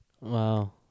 Wow